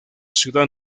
ciudad